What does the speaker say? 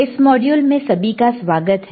इस मॉड्यूल में सभी का स्वागत है